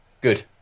Good